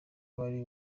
wari